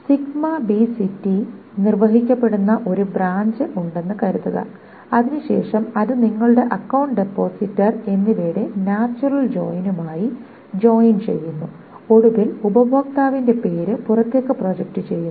sigma B city നിർവഹിക്കപ്പെടുന്ന ഒരു branch ഉണ്ടെന്ന് കരുതുക അതിനുശേഷം അത് നിങ്ങളുടെ അക്കൌണ്ട് ഡെപ്പോസിറ്റർ എന്നിവയുടെ നാച്ചുറൽ ജോയിനുമായി ജോയിൻ ചെയ്യുന്നു ഒടുവിൽ ഉപഭോക്താവിന്റെ പേര് പുറത്തേക് പ്രൊജക്റ്റ് ചെയ്യുന്നു